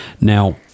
Now